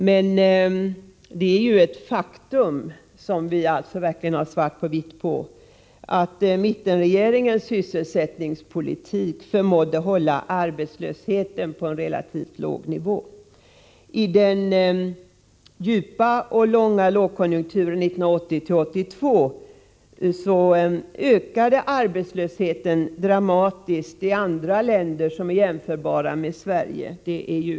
Men vi har alltså svart på vitt på att mittenregeringens sysselsättningspolitik förmådde hålla arbetslösheten på en relativt låg nivå. I den djupa och långa lågkonjunkturen 1980-1982 ökade arbetslösheten dramatiskt i andra länder som är jämförbara med Sverige. Det är ett faktum.